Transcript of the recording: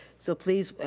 so please,